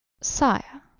sire,